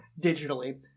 digitally